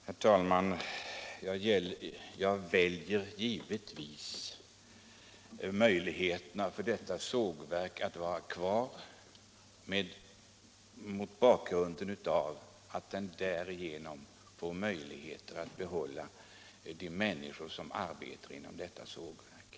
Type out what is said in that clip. Herr talman! Jag väljer givetvis möjligheten att ha detta sågverk kvar mot bakgrund av att man därigenom får möjligheter att behålla de människor som arbetar inom detta sågverk.